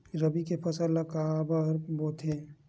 रबी के फसल ला काबर बोथे?